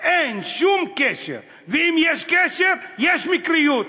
אין שום קשר, ואם יש קשר, יש מקריות.